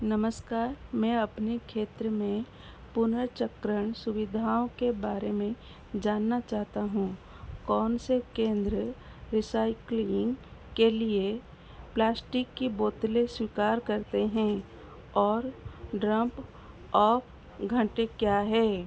नमस्कार मैं अपने क्षेत्र में पुनर्चक्रण सुविधाओं के बारे में जानना चाहता हूँ कौन से केन्द्र रिसाइक्लिन्ग के लिए प्लास्टिक की बोतलें स्वीकार करते हैं और ड्रम्प ऑफ़ घन्टे क्या है